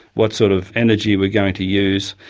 what sort of energy we're going to use,